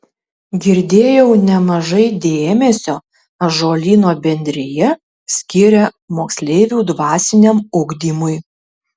girdėjau nemažai dėmesio ąžuolyno bendrija skiria moksleivių dvasiniam ugdymui